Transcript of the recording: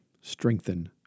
strengthen